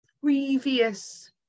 previous